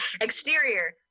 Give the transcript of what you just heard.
Exterior